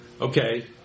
Okay